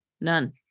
none